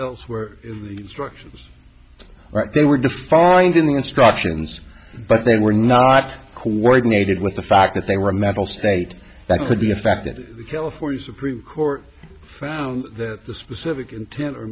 elsewhere in the instructions right they were just following the instructions but they were not coordinated with the fact that they were metal state that could be a fact that the california supreme court found that the specific intent or